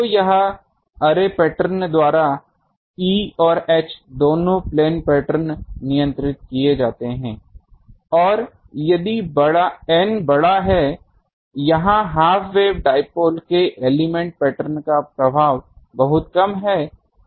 तो यहाँ array pattern द्वारा E और H दोनों प्लेन पैटर्न नियंत्रित किये जाते है और यदि N बड़ा है यहाँ हाफ वेव डाइपोल के एलिमेंट पैटर्न का प्रभाव बहुत कम है